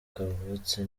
kavutse